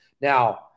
Now